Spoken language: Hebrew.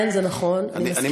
כן, זה נכון, אני מסכימה.